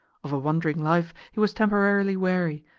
of a wandering life he was temporarily weary,